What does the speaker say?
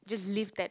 just live that